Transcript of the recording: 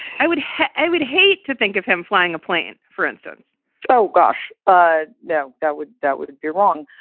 i would i would hate to think of him flying a plane, for instance oh, gosh, ah no. that would that would would be wrong.